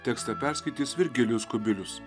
tekstą perskaitys virgilijus kubilius